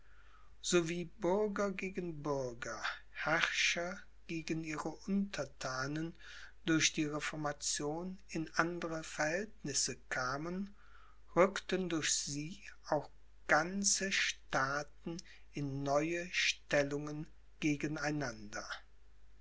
so wie bürger gegen bürger herrscher gegen ihre unterthanen durch die reformation in andre verhältnisse kamen rückten durch sie auch ganze staaten in neue stellengen